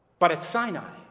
but at sinai,